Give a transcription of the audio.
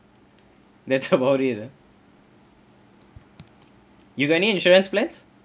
that's about it ah you got any insurance plans